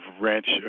ranch